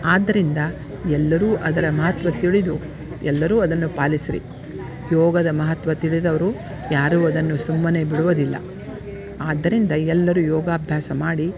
ಆದ್ದರಿಂದ ಎಲ್ಲರೂ ಅದರ ಮಹತ್ವ ತಿಳಿದು ಎಲ್ಲರೂ ಅದನ್ನು ಪಾಲಿಸಿರಿ ಯೋಗದ ಮಹತ್ವ ತಿಳಿದವರು ಯಾರೂ ಅದನ್ನು ಸುಮ್ಮನೆ ಬಿಡುವುದಿಲ್ಲ ಆದ್ದರಿಂದ ಎಲ್ಲರೂ ಯೋಗಾಭ್ಯಾಸ ಮಾಡಿ